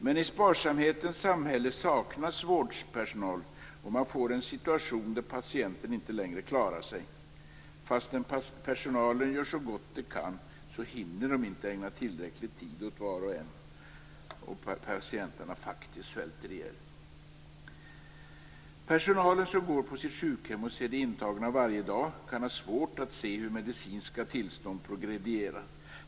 Men i sparsamhetens samhälle saknas vårdpersonal, och man får en situation där patienten inte längre klarar sig. Fastän personalen gör så gott den kan, hinner den inte ägna tillräcklig tid åt var och en, och patienterna svälter faktiskt ihjäl. Personalen som går på sitt sjukhem och ser de intagna varje dag kan ha svårt att se hur medicinska tillstånd progredierar.